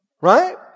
Right